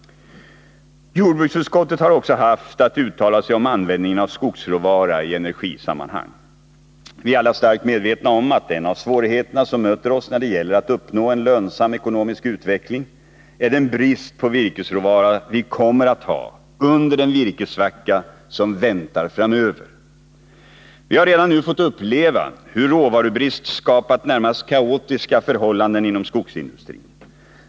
Jordbruksutskottet har också haft att uttala sig om användningen av skogsråvara i energisammanhang. Vi är alla starkt medvetna om att en av svårigheterna som möter oss när det gäller att uppnå en lönsam ekonomisk utveckling är den brist på virkesråvara vi kommer att ha under den virkessvacka som väntar framöver. Vi har redan nu fått uppleva hur råvarubrist skapat närmast kaotiska förhållanden inom skogsindustrin.